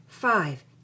five